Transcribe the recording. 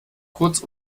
kurz